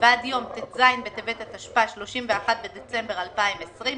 ועד יום ט"ז בטבת התשפ"א (31 בדצמבר 2020),